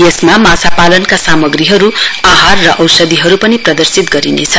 यसमा माछापालनका सामग्रीहरु आहार र औषधीहरु पनि प्रदर्शित गरिनेछ